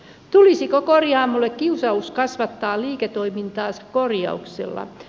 tulisiko korjaamolle kiusaus kasvattaa liiketoimintaansa korjauksella